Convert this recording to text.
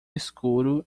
escuro